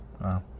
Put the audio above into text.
Wow